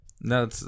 No